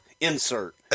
insert